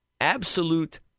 absolute